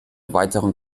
weiteren